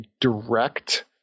direct